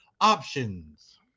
options